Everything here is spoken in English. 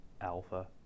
alpha